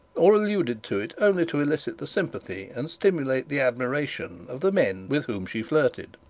or alluded to it only to elicit the sympathy and stimulate the admiration of the men with whom she flirted.